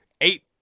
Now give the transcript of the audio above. Eight